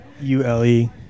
U-L-E